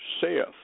saith